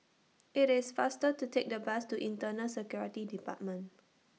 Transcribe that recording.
IT IS faster to Take The Bus to Internal Security department